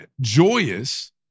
joyous